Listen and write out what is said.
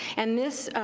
and this